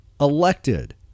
elected